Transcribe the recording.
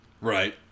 Right